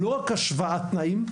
לא רק השוואת תנאים,